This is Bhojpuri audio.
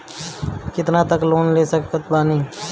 कितना तक लोन ले सकत बानी?